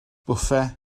bwffe